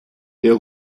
der